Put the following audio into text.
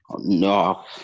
No